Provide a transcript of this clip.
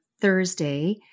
Thursday